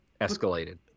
escalated